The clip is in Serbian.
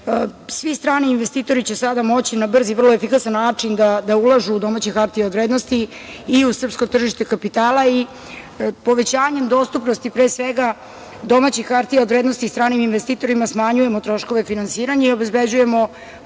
EU.Svi strani investitori će sada moći na brz i vrlo efikasan način da ulažu u domaće hartije od vrednosti i u srpsko tržište kapitala i povećanjem dostupnosti, pre svega, domaćih hartija od vrednosti i stranim investitorima smanjujemo troškove finansiranja i obezbeđujemo